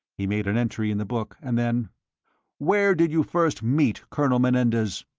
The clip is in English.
he made an entry in the book, and then where did you first meet colonel menendez?